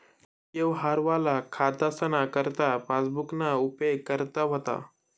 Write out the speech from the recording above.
कमी यवहारवाला खातासना करता पासबुकना उपेग करा व्हता